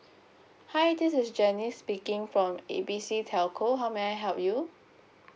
hi this is janice speaking from A B C telco how may I help you